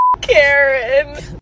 Karen